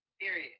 Period